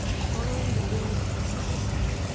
following the lead of the sanderson's,